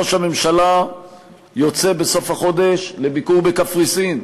ראש הממשלה יוצא בסוף החודש לביקור בקפריסין,